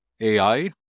AI